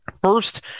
first